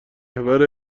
شود